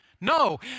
No